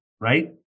right